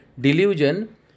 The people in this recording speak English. delusion